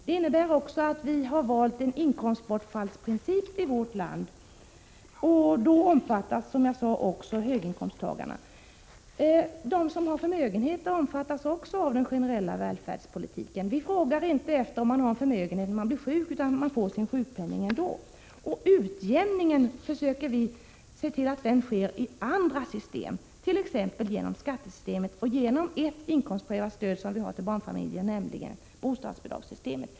Det innebär också att vi har valt en inkomstbortfallsprincip i vårt land, som också omfattar höginkomsttagarna. De som har förmögenheter omfattas också av den generella välfärdspolitiken. Vi frågar inte efter förmögenhet när en människa blir sjuk, utan hon får sin sjukpenning ändå. Utjämningen försöker vi åstadkomma i andra system, t.ex. genom skattesystemet och genom ett inkomstprövat stöd för barnfamiljer, nämligen bostadsbidragssystemet.